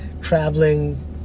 traveling